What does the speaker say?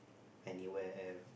anywhere